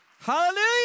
Hallelujah